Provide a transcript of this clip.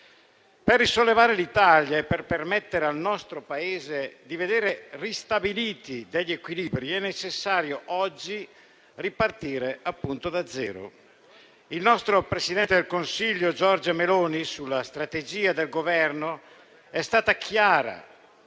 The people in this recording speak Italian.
Per risollevare l'Italia e per permettere al nostro Paese di vedere ristabiliti degli equilibri è necessario oggi ripartire, appunto, da zero. Il nostro presidente del Consiglio Giorgia Meloni sulla strategia del Governo è stata chiara: